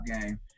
game